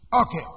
Okay